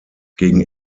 gegen